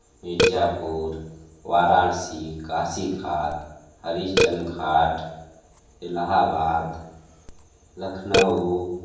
Mirzapur Varanasi Kashi Ghat Harishchandra Ghat Allahabad Lucknow